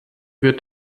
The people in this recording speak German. wird